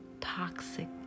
toxic